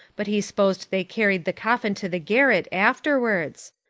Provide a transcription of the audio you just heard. but he s'posed they carried the coffin to the garret afterwards.